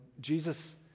Jesus